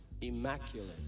immaculate